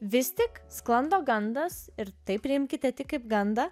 vis tik sklando gandas ir tai priimkite tik kaip gandą